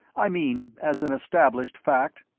i mean, as an established fact?